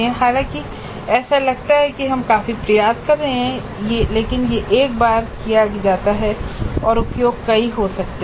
हालांकि ऐसा लगता है कि हम काफी प्रयास कर रहे हैं ये केवल एक बार किया जाता है और उपयोग कई हो सकते हैं